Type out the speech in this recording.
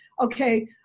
okay